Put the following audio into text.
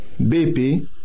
BP